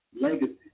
legacy